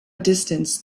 distance